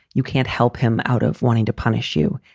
you can't help him out of wanting to punish you.